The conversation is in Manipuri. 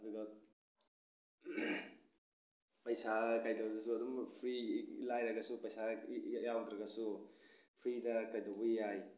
ꯑꯗꯨꯒ ꯄꯩꯁꯥ ꯀꯩꯗꯧꯗ꯭ꯔꯁꯨ ꯑꯗꯨꯝ ꯐ꯭ꯔꯤ ꯂꯥꯏꯔꯔꯒꯁꯨ ꯄꯩꯁꯥ ꯌꯥꯎꯗ꯭ꯔꯒꯁꯨ ꯐ꯭ꯔꯤꯗ ꯀꯩꯗꯧꯕ ꯌꯥꯏ